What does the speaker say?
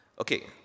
Okay